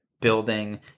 building